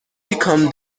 become